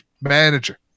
manager